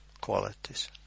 qualities